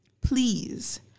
Please